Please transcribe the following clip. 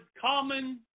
common